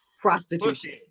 Prostitution